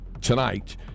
tonight